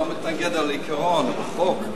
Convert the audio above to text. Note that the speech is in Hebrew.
לא מתנגד לעיקרון אבל בחוק,